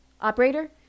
Operator